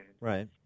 Right